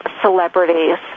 celebrities